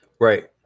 Right